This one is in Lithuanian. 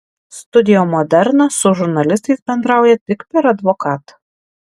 studio moderna su žurnalistais bendrauja tik per advokatą